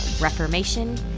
reformation